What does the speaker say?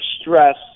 stress